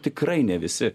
tikrai ne visi